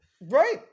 Right